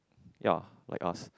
ya like us